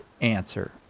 answer